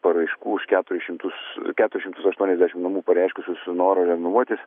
paraiškų už keturis šimtus keturis šimtus aštuoniasdešim namų pareiškusius norą renovuotis